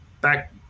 back